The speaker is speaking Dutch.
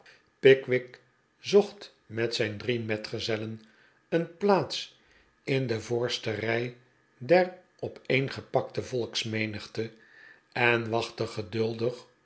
pickwick zocht met zijn drie metgezellen een plaats in de voorste rij der opeengepakte volksmenigte en wachtte geduldig